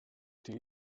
die